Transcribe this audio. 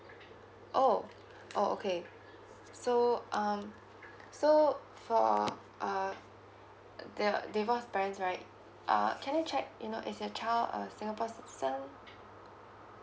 oh orh okay so um so for uh di~ divorced parents right uh can I check you know is your child a singapore citizen